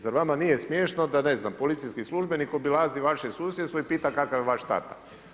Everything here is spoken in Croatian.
Zar vama nije smiješno, da ne znam, policijski službenik, obilazi vaše susjedstvo i pita kakav je vaš tata.